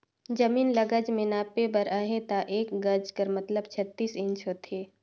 जमीन ल गज में नापे बर अहे ता एक गज कर मतलब छत्तीस इंच होथे